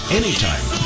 anytime